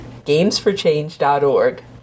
gamesforchange.org